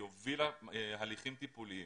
היא הובילה הליכים טיפוליים.